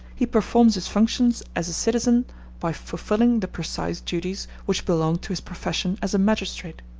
he performs his functions as a citizen by fulfilling the precise duties which belong to his profession as a magistrate.